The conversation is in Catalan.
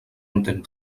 entén